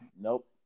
Nope